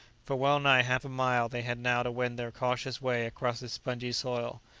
for well nigh half a mile they had now to wend their cautious way across this spongy soil.